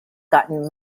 gotten